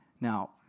Now